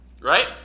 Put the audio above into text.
Right